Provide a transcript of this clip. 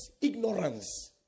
ignorance